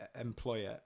employer